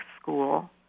school